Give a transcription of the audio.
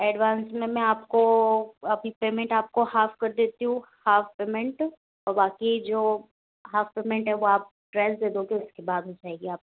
advance में मैं आपको अभी पेमेंट आपको हाफ कर देती हूँ हाफ पेमेंट और बाकि जो हाफ पेमेंट है वो आप ड्रेस दे दोगे उसके बाद मिल जाएगी आपको